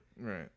Right